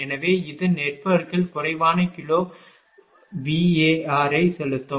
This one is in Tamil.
எனவே இது நெட்வொர்க்கில் குறைவான கிலோவாரை செலுத்தும்